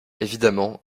évidemment